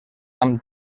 amb